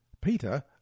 Peter